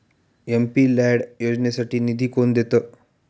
MP LAD योजनेसाठी निधी कोण देतं?